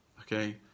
okay